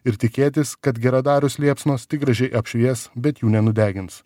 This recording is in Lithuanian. ir tikėtis kad geradarius liepsnos gražiai apšvies bet jų nenudegins